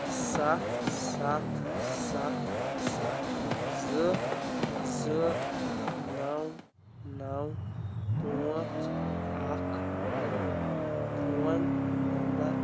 سَتھ سَتھ سَتھ سَتھ زٕ زٕ نَو نَو پانٛژھ اَکھ ٲٹھ فون نمبر